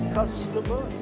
customer